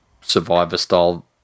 survivor-style